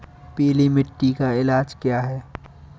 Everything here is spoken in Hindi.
पीली मिट्टी का इलाज क्या है?